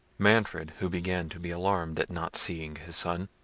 manfred, who began to be alarmed at not seeing his son,